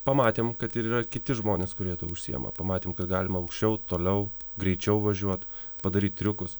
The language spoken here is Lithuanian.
pamatėm kad ir yra kiti žmonės kurie tuo užsiema pamatėm kad galima aukščiau toliau greičiau važiuot padaryt triukus